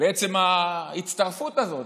בעצם ההצטרפות הזאת.